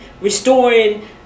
restoring